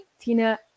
Tina